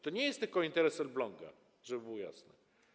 To nie jest tylko interes Elbląga, żeby było jasne.